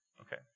Okay